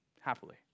happily